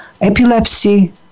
epilepsy